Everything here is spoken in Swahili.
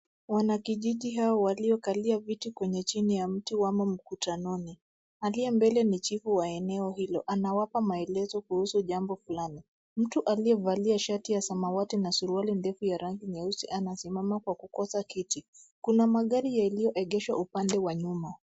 Wanakijiji hao waliokalia viti kwenye chini ya mti wamo mkutanoni. Aliye mbele ni chifu wa eneo hilo, anawapa maelezo kuhusu jambo fulani. Mtu aliyevalia shati ya samawati na suruali ndefu ya rangi nyeusi anasimama kwa kukosa kiti. Kuna magari yaliyoegeshwa upande wa nyuma.